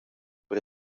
per